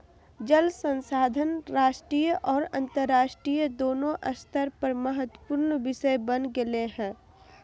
जल संसाधन राष्ट्रीय और अन्तरराष्ट्रीय दोनों स्तर पर महत्वपूर्ण विषय बन गेले हइ